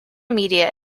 media